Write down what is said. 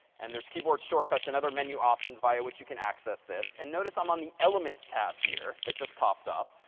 and there's keyboard shortcuts and other menu options by which you can access this. and notice among the elements tab here that just popped up.